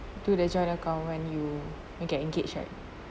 to the joint account when you get engaged right